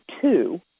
two